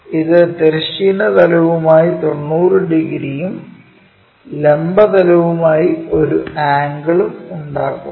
ഇത് തിരശ്ചീന തലവുമായി 90 ഡിഗ്രിയും ലംബ തലവുമായി ഒരു ആംഗിളും ഉണ്ടാക്കുന്നു